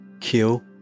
kill